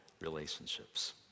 relationships